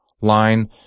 line